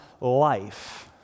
life